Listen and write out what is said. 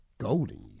golden